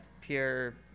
pure